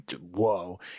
whoa